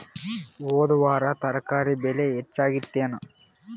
ಹೊದ ವಾರ ತರಕಾರಿ ಬೆಲೆ ಹೆಚ್ಚಾಗಿತ್ತೇನ?